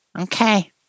Okay